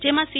જેમાં સી